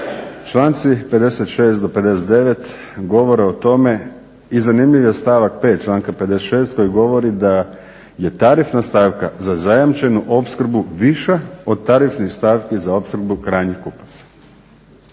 Članci 56. do 59. govore o tome, i zanimljiv je stavak 5. članka 56. koji govori da je tarifna stavka za zajamčenu opskrbu viša od tarifnih stavki za opskrbu krajnjih kupaca.